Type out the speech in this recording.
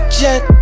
jet